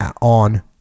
on